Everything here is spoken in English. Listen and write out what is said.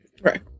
Right